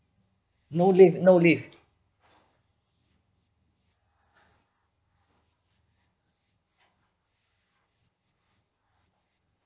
no lift no lift